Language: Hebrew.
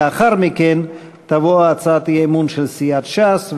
לאחר מכן תבוא הצעת אי-אמון של סיעת ש"ס,